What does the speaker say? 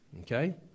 Okay